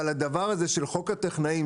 אבל הדבר הזה של חוק הטכנאים,